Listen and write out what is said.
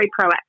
proactive